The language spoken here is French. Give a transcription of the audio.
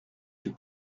que